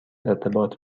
ارتباط